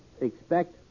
expect